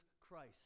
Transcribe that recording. Christ